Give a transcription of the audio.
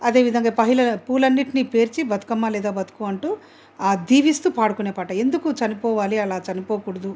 అదేవిధంగా పహిల పూల అన్నింటిని పేర్చి బతుకమ్మ లేదా బతుకు అంటూ ఆ దీవిస్తూ పాడుకునే పాట ఎందుకు చనిపోవాలి అలా చనిపోకూడదు